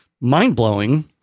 mind-blowing